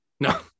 No